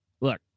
Look